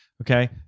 okay